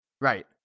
Right